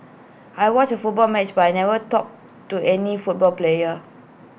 I watched A football match but I never talked to any football player